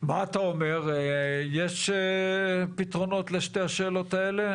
מה אתה אומר, יש פתרונות לשתי השאלות האלה?